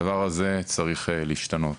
הדבר הזה צריך להשתנות.